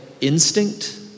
instinct